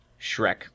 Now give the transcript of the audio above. Shrek